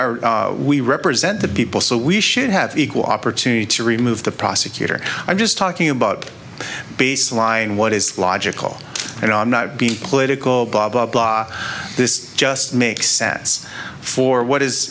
are we represent the people so we should have equal opportunity to remove the prosecutor i'm just talking about baseline what is logical and i'm not being political blah blah blah this just makes sense for what is